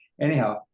Anyhow